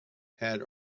had